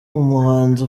umuhanzi